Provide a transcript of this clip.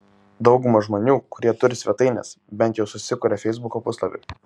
dauguma žmonių kurie turi svetaines bent jau susikuria feisbuko puslapį